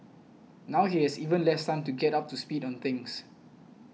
now he has even less time to get up to speed on things